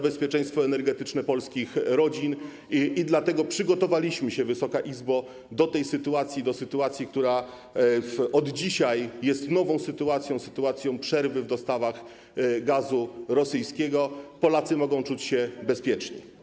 bezpieczeństwo energetyczne polskich rodzin, i dlatego przygotowaliśmy się, Wysoka Izbo, do tej sytuacji, która od dzisiaj jest nową sytuacją, sytuacją przerwy w dostawach gazu rosyjskiego, a zatem Polacy mogą czuć się bezpiecznie.